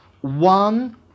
one